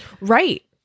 Right